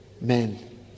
men